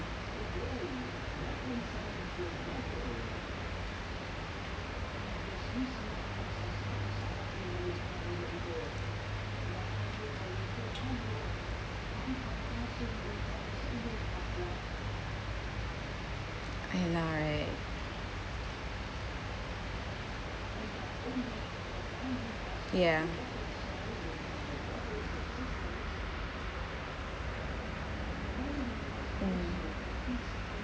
I like ya mm